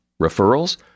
Referrals